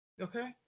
Okay